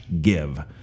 give